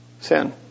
sin